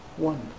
One